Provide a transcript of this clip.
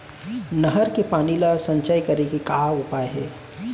नहर के पानी ला संचय करे के का उपाय हे?